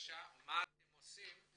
מה אתם עושים עם